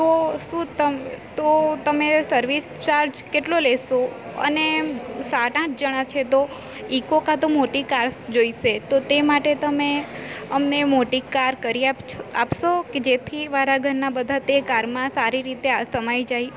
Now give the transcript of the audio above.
તો શું તમ તો તમે સર્વિસ ચાર્જ કેટલો લેશો અને સાત આઠ જણા છે તો ઇકો કાં તો મોટી કાર્સ જોઈશે તો તે માટે તમે અમને મોટી કાર કરી આપછો આપશો કે જેથી મારા ઘરના બધા તે કારમાં સારી રીતે આ સમાઈ જાય